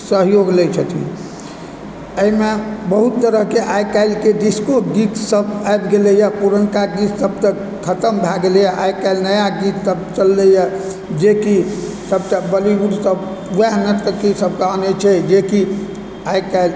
सहयोग लए छथिन एहिमे बहुत तरहके आइ काल्हिके डिस्को गीतसभ आबि गेलयए पुरानका चीजसभ तऽ खतम भऽ गेलैए आइ काल्हि नया गीतसभ चललयए जेकि सभटा बॉलीवुडसभ वएह नर्तकी सभके आनैत छै जे कि आइ काल्हि